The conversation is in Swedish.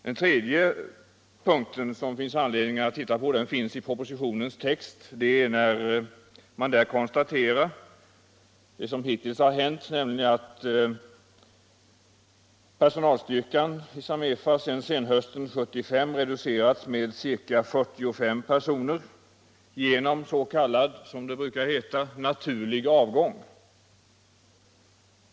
Den tredje punkten återfinns i propositionens text, när man konstaterar vad som hittills har hänt, nämligen att personalstyrkan i Samefa sedan senhösten 1975 reducerats med ca 45 personer genom, som det brukar heta, naturlig avgång.